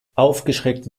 aufgeschreckte